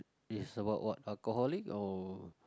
yes about what alcoholic or